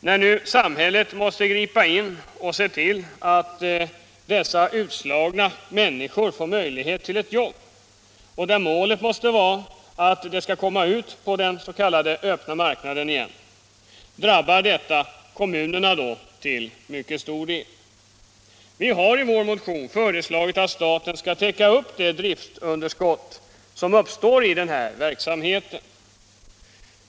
När nu samhället måste gripa in och se till att dessa utslagna människor får möjlighet till jobb måste målet vara att de skall kunna komma ut på den öppna marknaden igen. Detta drabbar till mycket stor del kommunerna. Vi har i vår motion föreslagit att staten skall täcka det driftunderskott som uppstår i denna verksamhet.